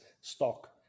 stock